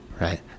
right